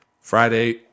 Friday